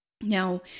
Now